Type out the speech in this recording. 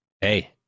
hey